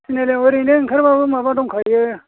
थिनआलियाव ओरैनो ओंखारबाबो माबा दंखायो